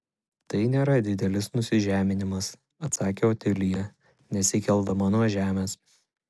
tai nėra didelis nusižeminimas atsakė otilija nesikeldama nuo žemės